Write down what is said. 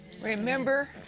Remember